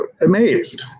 amazed